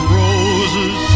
roses